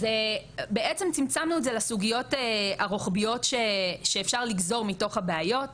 אז בעצם צמצמנו את זה לסוגיות הרוחביות שאפשר לגזור מתוך הבעיות,